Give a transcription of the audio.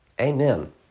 Amen